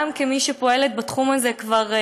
גם כמי שפועלת בתחום הזה כבר,